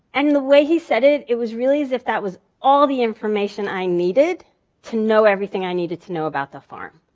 and the way he said it, it was really as if that was all the information i needed to know everything i needed to know about the farm.